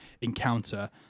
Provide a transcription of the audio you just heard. encounter